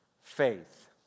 faith